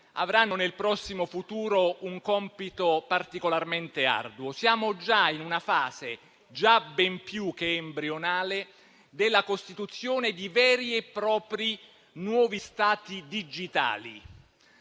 avranno nel prossimo futuro un compito particolarmente arduo. Siamo in una fase già ben più che embrionale della costituzione di veri e propri nuovi Stati digitali,